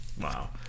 Wow